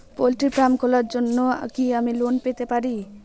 Poultry farm খোলার জন্য কি আমি লোন পেতে পারি?